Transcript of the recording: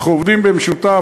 אנחנו עובדים במשותף,